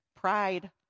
Pride